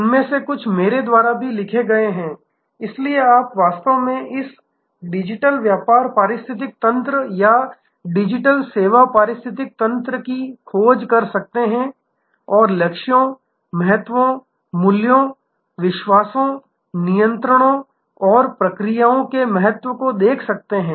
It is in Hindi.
उनमें से कुछ मेरे द्वारा भी लिखे गए हैं इसलिए आप वास्तव में इस डिजिटल व्यापार पारिस्थितिकी तंत्र या डिजिटल सेवा पारिस्थितिकी तंत्र की खोज कर सकते हैं और लक्ष्यों महत्वों मूल्यों विश्वासों नियंत्रणों और प्रक्रियाओं के महत्व को देख सकते हैं